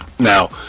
Now